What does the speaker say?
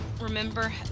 remember